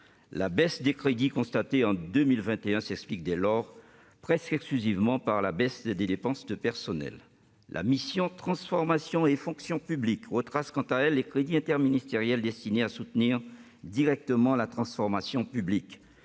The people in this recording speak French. La baisse des crédits constatée en 2021 s'explique dès lors presque exclusivement par la baisse des dépenses de personnel. La mission « Transformation et fonction publiques » retrace les crédits interministériels destinés à soutenir directement la transformation publique.